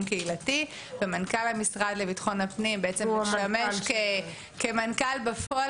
קהילתי ומנכ"ל המשרד לביטחון הפנים משמש מנכ"ל בפועל.